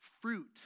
fruit